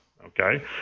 Okay